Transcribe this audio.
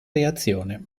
reazione